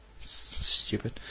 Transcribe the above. Stupid